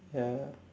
ya